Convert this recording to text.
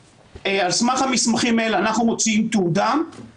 על סמך המסמכים האלה אנחנו מוציאים תעודה -- אתה בודק או לא בודק?